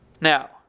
Now